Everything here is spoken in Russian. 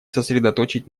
сосредоточить